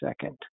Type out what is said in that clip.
second